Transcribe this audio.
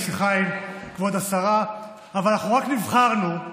סליחה כבוד השרה, אבל אנחנו רק נבחרנו,